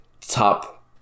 top